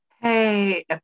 Hey